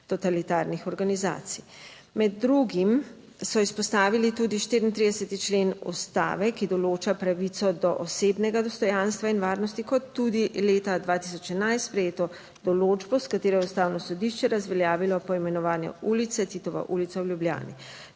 totalitarnih organizacij. Med drugim so izpostavili tudi 34. člen ustave, ki določa pravico do osebnega dostojanstva in varnosti, kot tudi leta 2011 sprejeto določbo s katero je Ustavno sodišče razveljavilo poimenovane ulice, Titova ulica v Ljubljani.